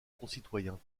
concitoyens